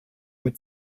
mit